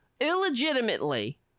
illegitimately